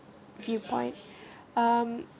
view point um